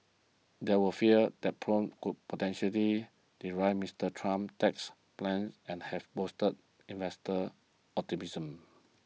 there were fears that probe could potentially derail Mister Trump's tax plans and have boosted investor optimism